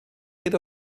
geht